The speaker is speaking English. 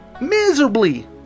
Miserably